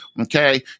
Okay